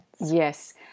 Yes